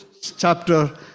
chapter